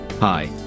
Hi